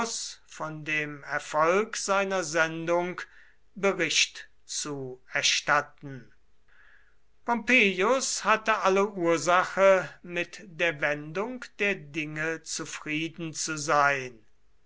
von dem erfolg seiner sendung bericht zu erstatten pompeius hatte alle ursache mit der wendung der dinge zufrieden zu sein